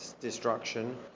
destruction